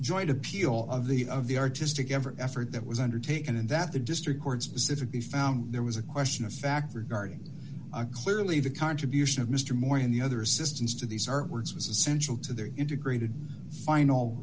joint appeal of the of the artistic every effort that was undertaken and that the district court specifically found there was a question of fact regarding a clearly the contribution of mr moore and the other assistance to these are words was essential to their integrated final